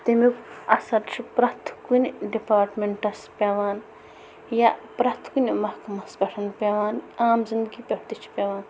تمُک اثر چھُ پرٮ۪تھ کُنہِ ڈِپارٹمنٹَس پیٚوان یا پرٮ۪تھ کُنہِ محکمَس پٮ۪ٹھ پیٚوان عام زَندگی پٮ۪ٹھ تہِ چھِ پیٚوان